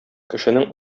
кешенең